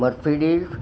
Mercedes